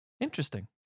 Interesting